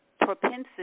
propensity